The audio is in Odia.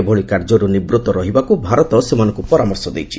ଏଭଳି କାର୍ଯ୍ୟରୁ ନିବୃତ୍ତ ରହିବାକୁ ଭାରତ ସେମାନଙ୍କୁ ପରାମର୍ଶ ଦେଇଛି